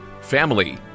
family